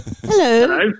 Hello